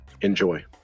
Enjoy